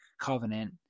covenant